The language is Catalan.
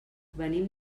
venim